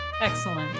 Excellent